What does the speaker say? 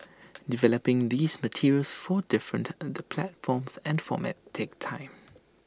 developing these materials for different and the platforms and formats takes time